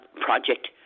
Project